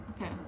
Okay